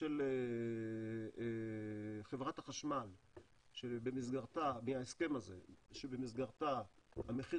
של חברת החשמל מההסכם הזה שבמסגרתה המחיר